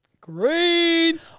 Green